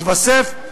יתווסף,